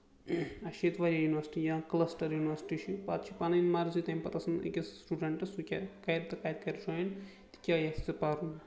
اَسہِ چھِ ییٚتہِ واریاہ یونیورسٹی یا کٕلسٹر یونیورسٹی چھِ پَتہٕ چھِ پَنٕنۍ مَرضی تَمہِ پَتہٕ آسان أکِس سِٹوٗڈنٹس سُہ کیاہ کرِ تہٕ کَتہِ کرِ جویِن تہٕ کیاہ یِژھِ سُہ پَرُن